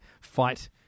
fight